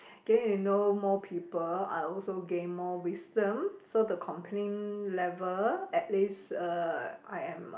then you know more people I also gain more wisdom so the complain level at least uh I am